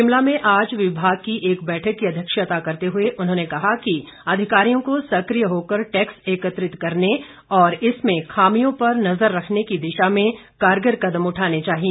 शिमला में आज विभाग की एक बैठक की अध्यक्षता करते हुए उन्होंने कहा कि अधिकारियों को सक्रिय होकर टैक्स एकत्रित करने और इसमें खामियों पर नजर रखने की दिशा में कारगर कदम उठाने चाहिए